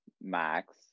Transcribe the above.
Max